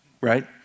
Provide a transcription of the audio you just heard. right